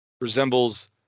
resembles